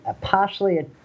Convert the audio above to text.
partially